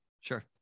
Sure